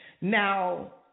Now